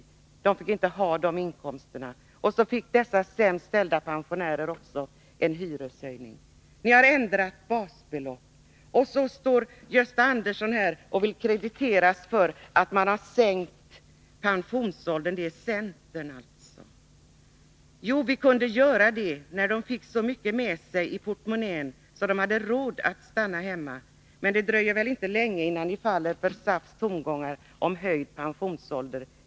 Pensionärerna fick inte ha de inkomsterna. Och så fick dessa sämst ställda pensionärer även en hyreshöjning. Ni har ändrat basbelopp, och så står Gösta Andersson här och vill krediteras för att man har sänkt pensionsåldern — det har centern gjort alltså. Jo, vi kunde göra det när de fick så mycket med sig i portmonnän att de hade råd att stanna hemma. Men det dröjer väl inte länge förrän ni faller för SAF:s tongångar om höjd pensionsålder.